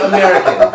American